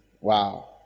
Wow